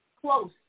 close